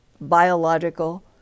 biological